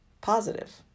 positive